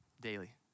daily